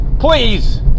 Please